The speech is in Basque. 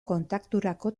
kontakturako